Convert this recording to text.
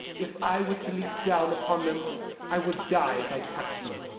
if i were to leap down upon them i would die as i touched them.